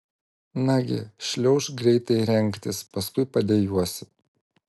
nagi šliaužk greitai rengtis paskui padejuosi